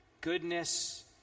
goodness